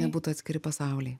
nebūtų atskiri pasauliai